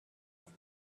است